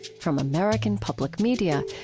from american public media,